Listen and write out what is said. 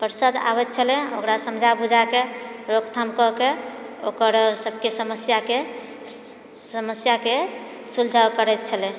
पार्षद आबै छलै ओकरा समझाए बुझाएके रोकथाम कएके सबके समस्याके समस्या के सुलझाएल करैत छलै